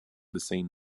same